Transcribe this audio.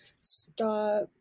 stop